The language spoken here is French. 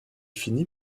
finit